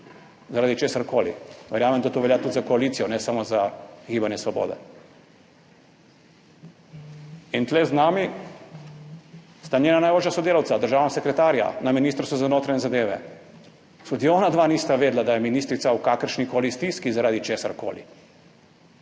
zaradi česarkoli. Verjamem, da to velja tudi za koalicijo ne samo za Gibanje svobode. In tu z nami sta njena najožja sodelavca, državna sekretarja na Ministrstvu za notranje zadeve, tudi onadva nista vedela, da je ministrica v kakršnikoli stiski zaradi česarkoli,